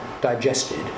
digested